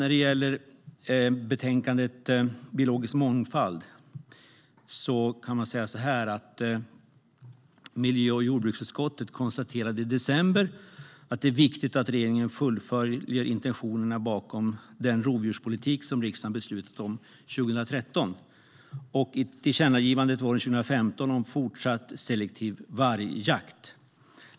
När det gäller betänkandet Biologisk mångfald konstaterade miljö och jordbruksutskottet i december att det är viktigt att regeringen fullföljer intentionerna bakom den rovdjurspolitik som riksdagen beslutade om 2013 och tillkännagivandet våren 2015 om en fortsatt selektiv vargjakt.